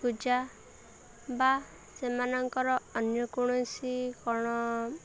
ପୂଜା ବା ସେମାନଙ୍କର ଅନ୍ୟ କୌଣସି କ'ଣ